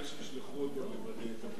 בתנאי שישלחו אותו לוודא את הביצוע.